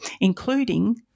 including